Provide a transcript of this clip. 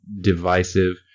divisive